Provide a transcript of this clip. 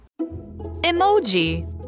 Emoji